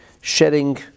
shedding